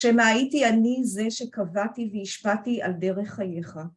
שמא הייתי אני זה שקבעתי והשפעתי על דרך חייך.